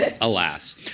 Alas